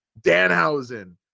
Danhausen